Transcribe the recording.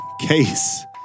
case